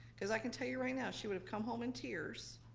cause i can tell you right now, she would have come home in tears,